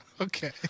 okay